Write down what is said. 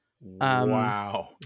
Wow